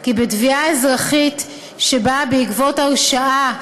כי בתביעה אזרחית שבאה בעקבות הרשעה,